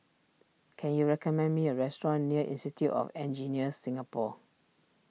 can you recommend me a restaurant near Institute of Engineers Singapore